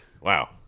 Wow